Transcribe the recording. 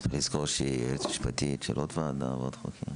אינטרס שהרבה אנשים יוכלו לתת מרשמים ולהחזיק סמים בחצרותיהם וכו',